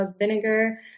vinegar